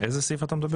על איזה סעיף אתה מדבר?